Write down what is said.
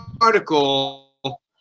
article